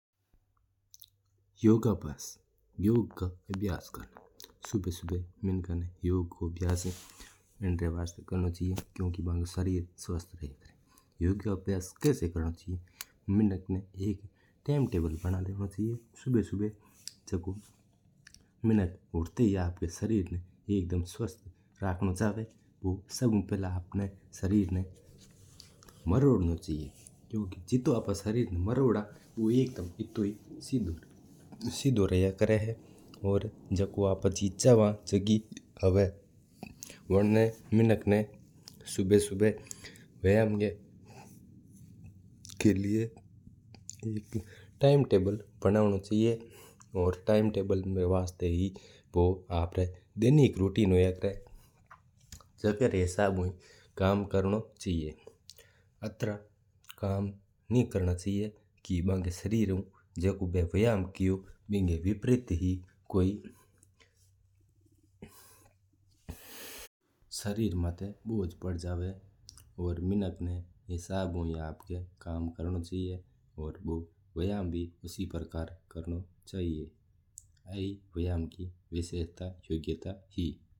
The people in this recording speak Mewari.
योगभ्यास करनो मिंका री वास्ता घणू हकरी चिज्ज होया करा है। योगभ्यास किकर करनो चाहिये मिंनाक ना एक टाइम टेबल बना लेवणो चाइजा सुबह सुबह करा या कणी टाइम करें तो बू उन टाइम कर लेवा ला योगा। सरीर ना अगर स्वास्थ रहवो वास्ता सरीर ना मोडनो चाहिये। एक टाइम टेबल बना लेवणो चाइजा सुबह सुबह जल्दी उठो और करो। दैनिक रूटीन री हिसाब हूं ही काम करनो चावा और कोई नासो भी नही करनो चावा।